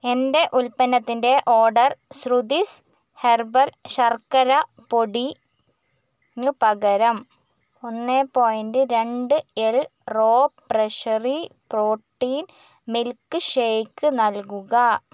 എന്റെ ഉൽപ്പന്നത്തിന്റെ order Shruti's herbal ശർക്കര പൊടിനു പകരം ഒന്ന് പോയൻറ് രണ്ട് എൽ റോ പ്രഷെറി പ്രോട്ടീൻ മിൽക്ക് ഷേക്ക് നൽകുക